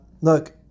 look